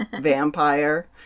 vampire